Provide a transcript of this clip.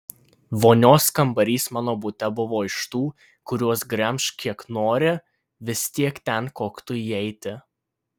vonios kambarys mano bute buvo iš tų kuriuos gremžk kiek nori vis tiek ten koktu įeiti